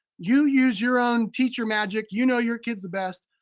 you use your own teacher magic, you know your kids the best.